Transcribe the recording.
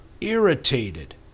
irritated